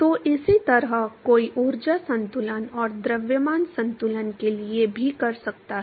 तो इसी तरह कोई ऊर्जा संतुलन और द्रव्यमान संतुलन के लिए भी कर सकता है